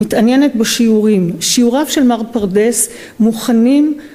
‫מתעניינת בשיעורים. ‫שיעוריו של מר פרדס מוכנים...